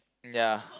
ya